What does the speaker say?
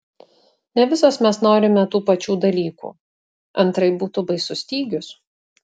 ne visos mes norime tų pačių dalykų antraip būtų baisus stygius